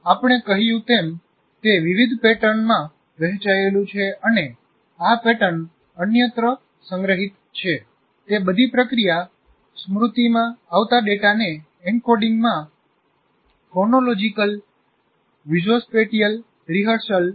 આપણે કહ્યું તેમ તે વિવિધ પેટર્નમાં વહેંચાયેલું છે અને આ પેટર્ન અન્યત્ર સંગ્રહિત છે તે બધી પ્રક્રિયા - સ્મૃતિમાં આવતા ડેટાને એન્કોડિંગમાં ફોનોલોજિકલ વિઝોસ્પેટીયલ રિહર્સલ લૂપ્સનો ઉપયોગ કરીને થાય છે